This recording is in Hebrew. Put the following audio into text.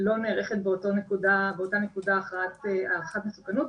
לא נערכת באותה נקודה הערכת מסוכנות,